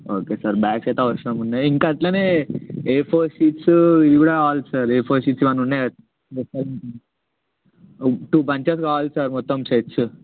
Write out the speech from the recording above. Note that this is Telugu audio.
ఓకే సార్ బ్యాగ్స్ అయితే అవసరం ఉన్నాయి ఇంకా అట్లనే ఏ ఫోర్ షీట్స్ ఇవికూడా కావాలి సార్ ఏ ఫోర్ షీట్స్ ఇవన్నీ ఉన్నాయా సార్ టూ బంచెస్ కావాలి సార్ మొత్తం సెట్సు